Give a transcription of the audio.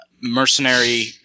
mercenary